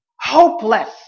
hopeless